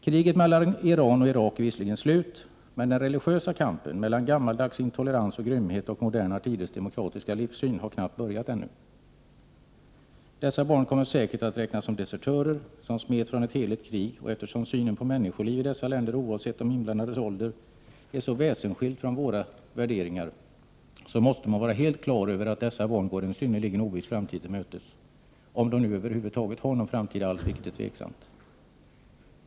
Kriget mellan Iran och Irak är visserligen slut, men den religiösa kampen — mellan gammaldags intolerans och grymhet och moderna tiders demokratiska livssyn — har knappt börjat ännu. Dessa barn kommer säkert att räknas som desertörer, som smitit från ett heligt krig. Eftersom synen på människoliv i dessa länder — oavsett de inblandades ålder — är så väsensskild från våra värderingar, måste man vara helt på det klara med att dessa barn går en synnerligen oviss framtid till mötes - om de nu över huvud taget har någon framtid alls, vilket är osäkert.